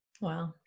Wow